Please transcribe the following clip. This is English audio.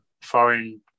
Foreign